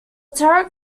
tarot